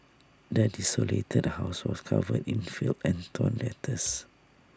the desolated house was covered in filth and torn letters